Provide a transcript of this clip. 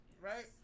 right